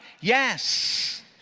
Yes